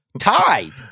tied